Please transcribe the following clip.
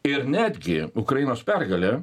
ir netgi ukrainos pergalė